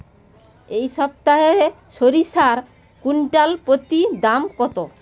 এই সপ্তাহে সরিষার কুইন্টাল প্রতি দাম কত?